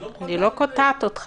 אני לא מוכן --- אני לא קוטעת אותך.